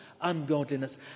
ungodliness